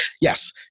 yes